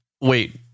Wait